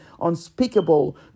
unspeakable